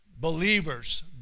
believer's